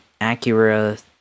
acura